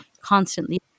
constantly